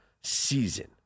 season